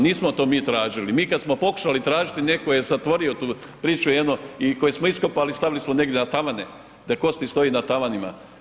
Nismo to mi tražili, mi kad smo pokušali tražiti netko je zatvori tu priču jednom i koje smo iskopali stavili smo negdje na tavane, da kosti stoje na tavanima.